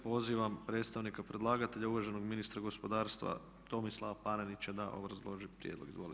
Pozivam predstavnika predlagatelja uvaženog ministra gospodarstva Tomislava Panenića da obrazloži prijedlog, izvolite.